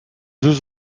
deux